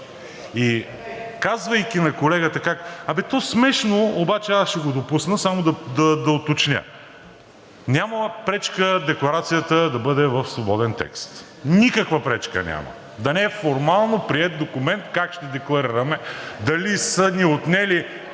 и казвайки на колегата: а бе, то смешно, обаче аз ще го допусна... Само да уточня – няма пречка декларацията да бъде в свободен текст, никаква пречка няма, да не е формално приет документ как ще декларираме дали са ни отнели